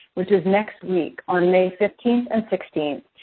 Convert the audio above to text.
which is next week on may fifteen and sixteen.